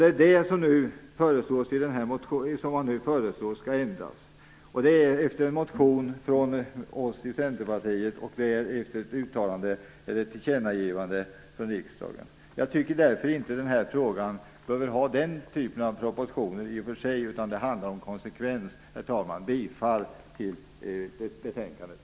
Det är det som nu föreslås skall ändras efter en motion från oss i Jag tycker inte att frågan i sig behöver få stora proportioner, utan det handlar om konsekvens. Herr talman! Jag yrkar bifall till utskottets hemställan.